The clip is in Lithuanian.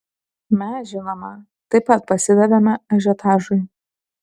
mes žinoma taip pat pasidavėme ažiotažui